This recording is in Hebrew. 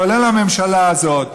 כולל הממשלה הזאת.